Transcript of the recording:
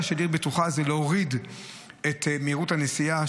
של "עיר בטוחה" היא להוריד את מהירות הנסיעה,